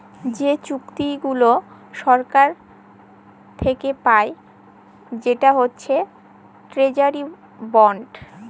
যে চুক্তিগুলা সরকার থাকে পায় সেটা হচ্ছে ট্রেজারি বন্ড